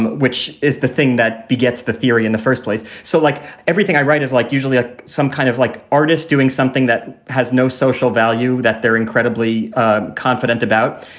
and which is the thing that begets the theory in the first place. so, like everything i write is like usually ah some kind of, like, artist doing something that has no social value that they're incredibly ah confident about.